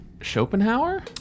Schopenhauer